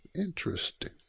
interesting